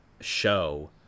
show